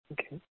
okay